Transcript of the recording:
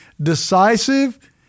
decisive